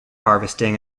harvesting